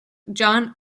john